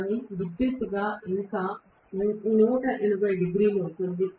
కానీ విద్యుత్తుగా ఇది ఇంకా 180 డిగ్రీలు ఉంటుంది